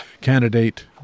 candidate